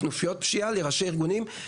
לכנופיות פשיעה ולראשי ארגונים.